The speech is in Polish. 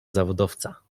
zawodowca